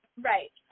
Right